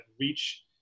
reach